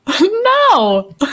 No